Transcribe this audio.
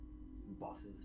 bosses